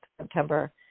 September